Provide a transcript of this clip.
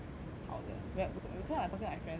好的 we're we're kinda like talking like friends already